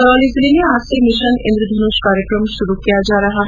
करौली जिले में आज से मिशन इन्द्रधनुष कार्यकम शुरू किया जा रहा है